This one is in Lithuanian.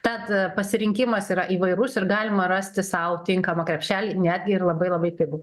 tad pasirinkimas yra įvairus ir galima rasti sau tinkamą krepšelį netgi ir labai labai pigu